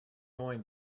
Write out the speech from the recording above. going